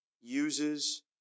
uses